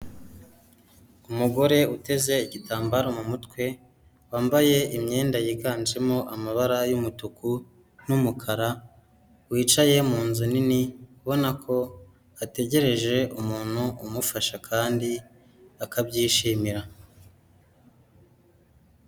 Umugore uteze igitambaro mu mutwe, wambaye imyenda yiganjemo amabara y'umutuku n'umukara, wicaye mu nzu nini, ubona ko ategereje umuntu umufasha, kandi akabyishimira.